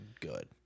good